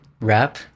wrap